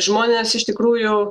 žmonės iš tikrųjų